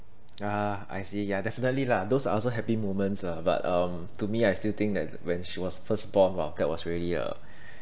ah I see ya definitely lah those are also happy moments lah but um to me I still think that when she was first born !wow! that was really a